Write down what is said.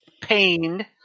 pained